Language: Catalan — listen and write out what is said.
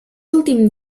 últim